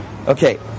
Okay